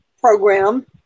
program